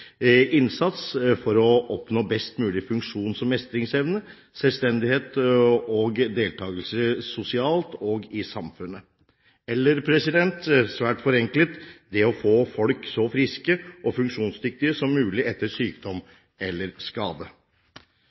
innsats for å oppnå best mulig funksjons- og mestringsevne, selvstendighet og deltakelse sosialt og i samfunnet, eller – svært forenklet – det å få folk så friske og funksjonsdyktige som mulig etter sykdom eller skade.